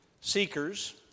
Seekers